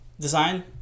Design